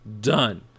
done